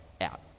out